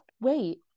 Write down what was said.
wait